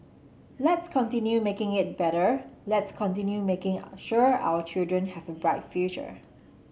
let's continue making it better let's continue making sure our children have a bright future